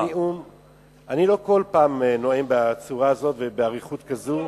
לא כל פעם נואם בצורה כזאת ובאריכות כזאת,